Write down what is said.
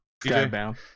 Skybound